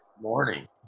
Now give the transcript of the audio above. morning